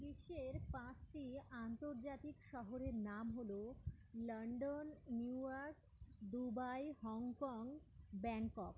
বিশ্বের পাঁসটি আন্তর্জাতিক শহরের নাম হলো London New York Dubai Hong Kong Bangkok